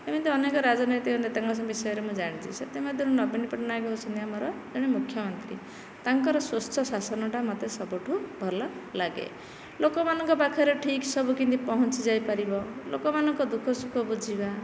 ଏମିତି ଅନେକ ରାଜନୈତିକ ନେତା ବିଷୟରେ ମୁଁ ଜାଣିଛି ସେଥିମଧ୍ୟରୁ ନବୀନ ପଟ୍ଟନାୟକ ହେଉଛନ୍ତି ଆମର ଜଣେ ମୁଖ୍ୟମନ୍ତ୍ରୀ ତାଙ୍କର ସ୍ବଚ୍ଛ ଶାସନଟା ମୋତେ ସବୁଠୁ ଭଲ ଲାଗେ ଲୋକମାନଙ୍କ ପାଖରେ ଠିକ ସବୁ କେମିତି ପହଞ୍ଚି ଯାଇପାରିବ ଲୋକ ମାନଙ୍କ ଦୁଃଖ ସୁଖ ବୁଝିବା